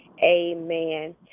Amen